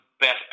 best